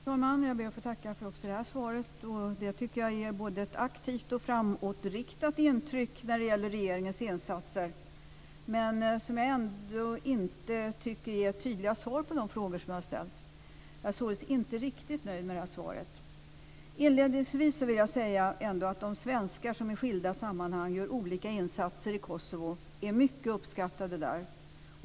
Fru talman! Jag ber att få tacka för också det här svaret. Jag tycker att det ger både ett aktivt och ett framåtriktat intryck när det gäller regeringens insatser, men jag tycker ändå inte att det ger tydliga svar på de frågor som jag har ställt. Jag är således inte riktigt nöjd med svaret. Inledningsvis vill jag säga att de svenskar som i skilda sammanhang gör olika insatser i Kosovo är mycket uppskattade.